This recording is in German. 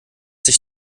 sich